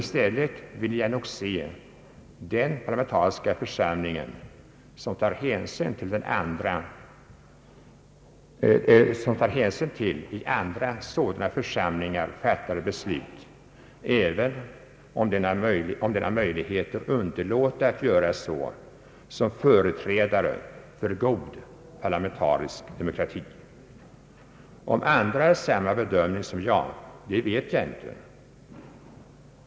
I stället vill jag nog se den parlamentariska församling, som tar hänsyn till i andra sådana församlingar fattade beslut även om den hade möjligheter att underlåta att göra det, såsom företrädare för god parlamentarisk demokrati. Om andra bedömer saken som jag, det vet jag inte.